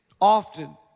often